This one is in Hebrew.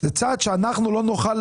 זה צעד שאנחנו לא נוכל